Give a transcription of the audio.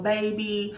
Baby